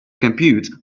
compute